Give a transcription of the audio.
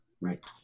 right